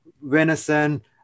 venison